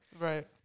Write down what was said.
Right